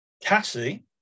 Cassie